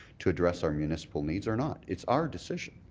to address our municipal needs or not. it's our decision.